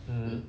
mm